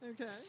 Okay